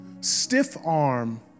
stiff-arm